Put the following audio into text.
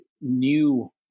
new